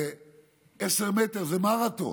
עשרה מטרים זה מרתון.